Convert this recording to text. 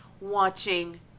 watching